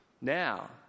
Now